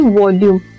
volume